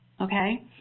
okay